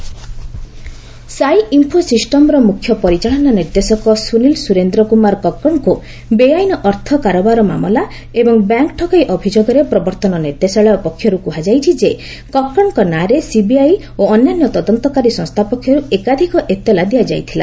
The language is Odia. ଇଡି ଆରେଷ୍ଟ ସାଇ ଇନ୍ଫୋ ସିଷ୍ଟମର ମୁଖ୍ୟ ପରିଚାଳନା ନିର୍ଦ୍ଦେଶକ ସୁନିଲ ସୁରେନ୍ଦ୍ର କୁମାର କକଡଙ୍କୁ ବେଆଇନ୍ ଅର୍ଥ କାରବାର ମାମଲା ଏବଂ ବ୍ୟାଙ୍କ ଠକେଇ ଅଭିଯୋଗରେ ପ୍ରବର୍ତ୍ତନ ନିର୍ଦ୍ଦେଶାଳୟ ପକ୍ଷରୁ କୁହାଯାଇଛି ଯେ କକଡଙ୍କ ନାଁରେ ସିବିଆଇ ଓ ଅନ୍ୟାନ୍ୟ ତଦନ୍ତକାରୀ ସଂସ୍ଥା ପକ୍ଷରୁ ଏକାଧିକ ଏତଲା ଦିଆଯାଇଥିଲା